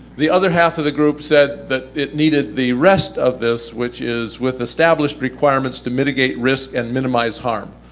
the other half of the group said that it needed the rest of this, which is with established requirements to mitigate risk and minimize harm.